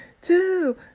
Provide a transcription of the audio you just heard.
two